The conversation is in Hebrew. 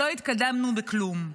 למדתי שלא התקדמנו בכלום.